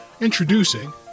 Introducing